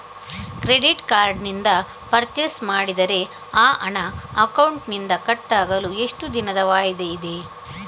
Credit card ನಿಂದ purchase ಮಾಡಿದರೆ ಆ ಹಣ ಅಕೌಂಟಿನಿಂದ ಕಟ್ ಆಗಲು ಎಷ್ಟು ದಿನದ ವಾಯಿದೆ ಇದೆ?